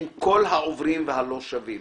עם כל העוברים והלא שבים.